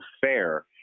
fair